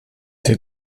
der